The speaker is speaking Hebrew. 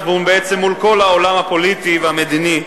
ובעצם מול כל העולם הפוליטי והמדיני,